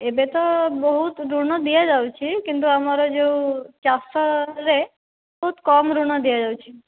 ଏବେ ତ ବହୁତ ଋଣ ଦିଆ ଯାଉଛି କିନ୍ତୁ ଆମର ଯେଉଁ ଚାଷ ରେ ବହୁତ କମ୍ ଋଣ ଦିଆଯାଉଛି